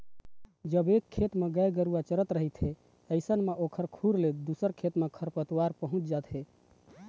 जब एक खेत म गाय गरुवा चरत रहिथे अइसन म ओखर खुर ले दूसर खेत म खरपतवार ह पहुँच जाथे